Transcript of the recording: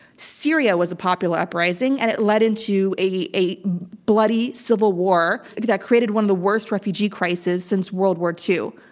syria was a popular uprising and it led into a a bloody civil war that created one of the worst refugee crises since world war ii.